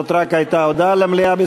זאת הייתה רק הודעה למליאה.